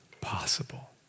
possible